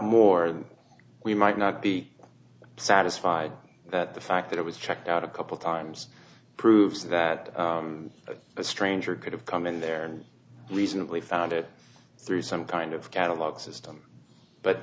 than we might not be satisfied that the fact that it was checked out a couple times proves that a stranger could have come in there and reasonably found it through some kind of catalogue system but